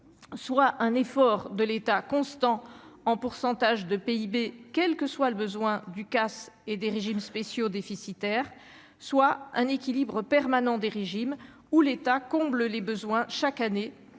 soit un effort de l'État constant en pourcentage de PIB, quel que soit le besoin du casse et des régimes spéciaux déficitaires, soit un équilibre permanent des régimes où l'État comble les besoins chaque année